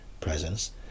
presence